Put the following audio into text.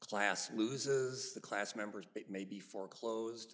class loses the class members but may be foreclosed